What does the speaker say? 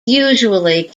usually